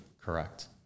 Correct